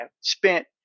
spent